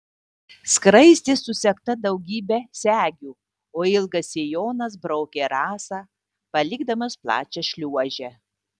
skraistė susegta daugybe segių o ilgas sijonas braukė rasą palikdamas plačią šliuožę